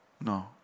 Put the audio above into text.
No